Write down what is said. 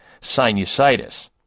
sinusitis